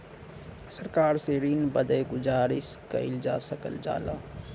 सरकार से ऋण बदे गुजारिस कइल जा सकल जाला